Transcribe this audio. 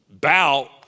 bow